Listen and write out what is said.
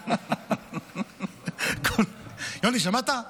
יוני, שמעת?